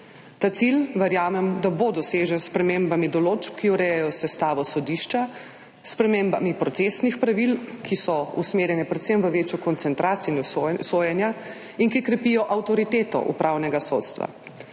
Ta cilj, verjamem, da bo dosežen s spremembami določb, ki urejajo sestavo sodišča, s spremembami procesnih pravil, ki so usmerjene predvsem v večjo koncentracijo sojenja in ki krepijo avtoriteto upravnega sodstva.